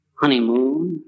honeymoon